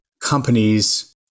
companies